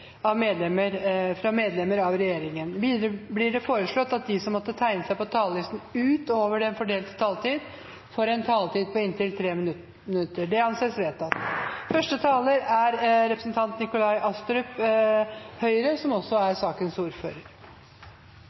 og medlemmer av regjeringen innenfor den fordelte taletid. Videre blir det foreslått at de som måtte tegne seg på talerlisten utover den fordelte taletid, får en taletid på inntil 3 minutter. – Det anses vedtatt.